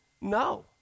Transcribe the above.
No